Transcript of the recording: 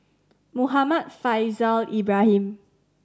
Muhammad Faishal Ibrahim